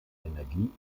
energie